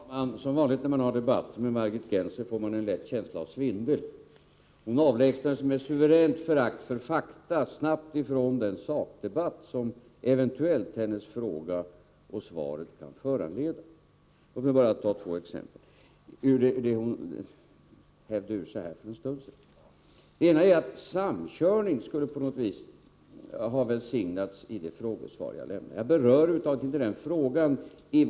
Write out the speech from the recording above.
Herr talman! Som vanligt när man har debatter med Margit Gennser får man en lätt känsla av svindel. Hon avlägsnar sig med suveränt förakt för fakta snabbt från den sakdebatt som eventuellt hennes fråga och svaret kan föranleda. Låt mig bara ta två exempel ur det hon nyss hävde ur sig här. Det ena är att samkörning skulle på något vis ha välsignats i det frågesvar jaglämnat. Jag berör över huvud taget inte den frågan.